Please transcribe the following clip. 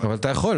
הצבעה